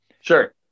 Sure